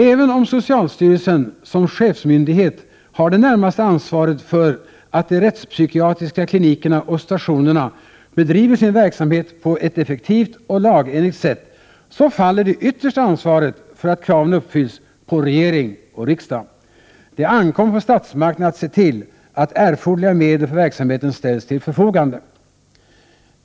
Även om socialstyrelsen som chefsmyndighet har det närmaste ansvaret för att de rättspsykiatriska klinikerna och stationerna bedriver sin verksamhet på ett effektivt och lagenligt sätt, så faller det yttersta ansvaret för att kraven uppfylls på regering och riksdag. Det ankommer på statsmakterna att se till att erforderliga medel för verksamheten ställs till förfogande.